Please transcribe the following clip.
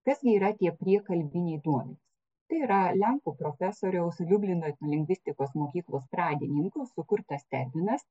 kas gi yra tie priekalbiniai duomenys tai yra lenkų profesoriaus liublino lingvistikos mokyklos pradininko sukurtas terminas